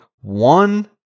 one